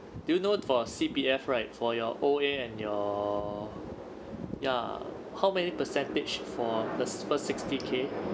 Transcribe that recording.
do you know for C_P_F right for your O_A and your ya how many percentage for the first sixty K